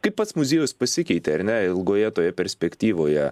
kaip pats muziejus pasikeitė ar ne ilgoje toje perspektyvoje